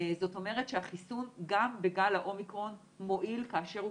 זאת אומרת שהחיסון גם בגל האומיקרון מועיל כאשר הוא